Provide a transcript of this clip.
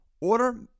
Order